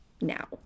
now